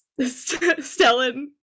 Stellan